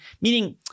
meaning